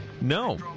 No